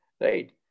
Right